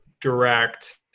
direct